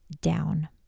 down